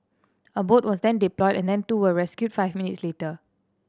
a boat was then deployed and then two were rescued five minutes later